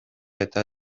eta